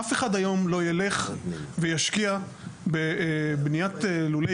אף אחד היום לא ילך וישקיע בבניית לולי